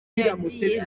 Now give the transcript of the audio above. yagiye